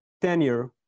tenure